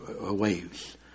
waves